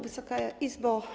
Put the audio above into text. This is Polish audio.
Wysoka Izbo!